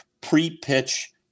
pre-pitch